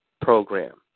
program